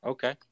Okay